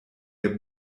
der